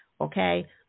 Okay